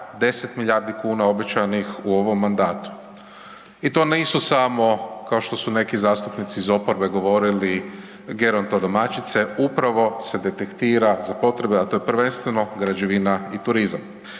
10 milijardi kuna obećanih u ovom mandatu. I to nisu samo kao što su neki zastupnici iz oporbe govorili gerontodomaćice upravo se detektira za potrebe a to je prvenstveno građevina i turizam.